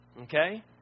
Okay